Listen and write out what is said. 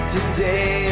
Today